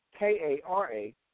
K-A-R-A